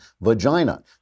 vagina